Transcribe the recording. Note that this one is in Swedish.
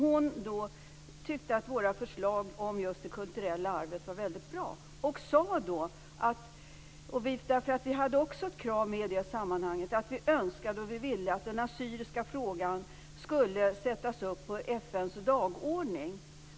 Hon tyckte då att våra förslag om just det kulturella arvet var väldigt bra. Vi hade också ett krav i det sammanhanget att vi önskade och ville att den assyriska frågan skulle sättas upp på FN:s dagordning.